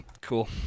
cool